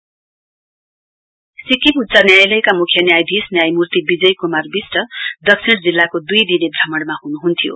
chief justice visit Sikkim उच्च न्यायालयका मुख्य न्यायाधीश न्यायमूर्ति बिजय कुमार विस्ट दक्षिण जिल्लाको दुई दिने भ्रमणमा हुनुहुन्थ्यो